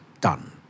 done